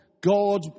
God